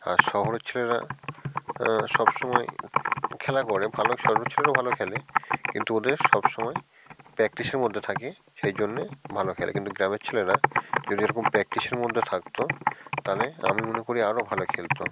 আর শহরের ছেলেরা সব সময়ই খেলা করে ভালো শহরের ছেলেরাও ভালো খেলে কিন্তু ওদের সব সময় প্র্যাকটিসের মধ্যে থাকে সেই জন্যে ভালো খেলে কিন্তু গ্রামের ছেলেরা যদি এরকম প্র্যাকটিসের মধ্যে থাকত তাহলে আমি মনে করি আরো ভালো খেলত